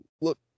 look